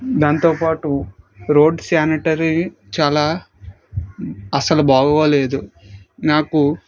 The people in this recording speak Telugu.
దాంతోపాటు రోడ్డు శానిటరీ చాలా అసలు బాలేదు నాకు